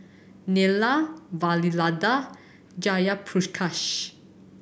Neila Vavilala Jayaprakash